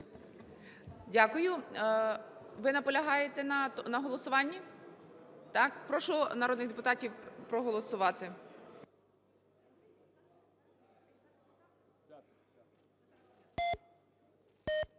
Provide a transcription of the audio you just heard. Дякую. Ви наполягаєте на голосуванні? Так? Прошу народних депутатів проголосувати.